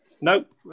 Nope